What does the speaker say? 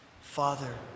Father